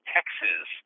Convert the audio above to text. Texas